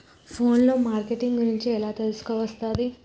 Phone లో marketing గురించి ఎలా తెలుసుకోవస్తది?